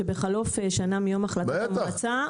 שבחלוף שנה מיום החלטת המועצה,